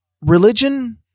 religion